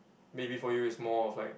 maybe for you it's more of like